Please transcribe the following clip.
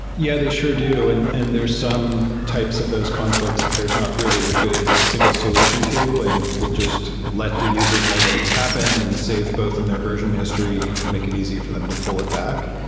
yeah, they sure do. and and there's some types of those confl icts that there's not really a good single solution to and we'll just let the user know that it's happened and save both in their version history and make it easy for them to pull it back.